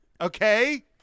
okay